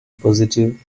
positive